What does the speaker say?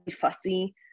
fussy